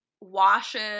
washes